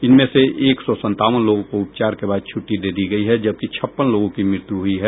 इनमें से एक सौ सत्तावन लोगों को उपचार के बाद छूट्टी दे दी गयी है जबकि छप्पन लोगों की मृत्यु हुई है